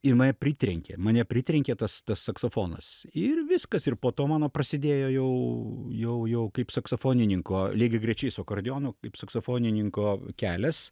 ir mane pritrenkė ir mane pritrenkė tas tas saksofonas ir viskas ir po to mano prasidėjo jau jau jau kaip saksofonininko lygiagrečiai su akordeonu kaip saksofonininko kelias